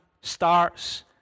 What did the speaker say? starts